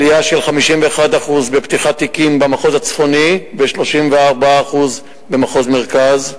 עלייה של 51% בפתיחת תיקים במחוז הצפוני ו-34% במחוז מרכז,